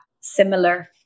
similar